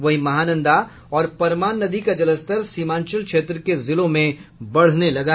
वहीं महानंदा और परमान नदी का जलस्तर सीमांचल क्षेत्र के जिलों में बढ़ने लगा है